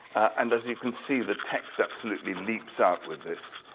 and as you can see, the text absolutely leaps out with this.